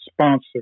sponsor